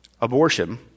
abortion